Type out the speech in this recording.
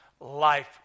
Life